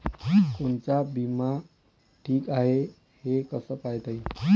कोनचा बिमा ठीक हाय, हे कस पायता येईन?